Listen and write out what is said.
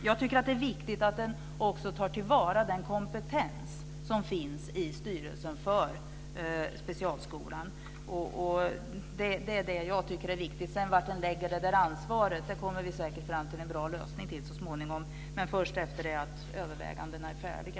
Jag tycker att det är viktigt att också ta till vara den kompetens som finns i styrelsen för specialskolan. Det är det jag tycker är viktigt. Var den sedan lägger ansvaret kommer vi säkert fram till en bra lösning på så småningom, men först efter det att övervägandena är färdiga.